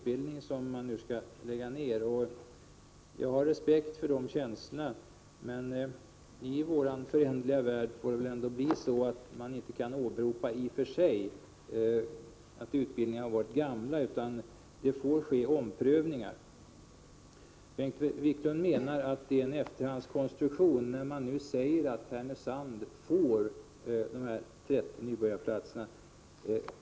Jag har naturligtvis förståelse och respekt för hans känslor, men i vår föränderliga värld måste det ändå vara så att man inte bara kan åberopa att utbildningar är gamla, utan det måste få ske omprövningar. Bengt Wiklund menar att det rör sig om en efterhandskonstruktion, när man säger att Härnösand får de här 30 nybörjarplatserna.